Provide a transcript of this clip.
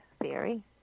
theory